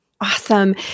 Awesome